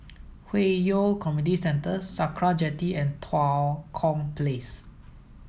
Hwi Yoh Community Centre Sakra Jetty and Tua Kong Place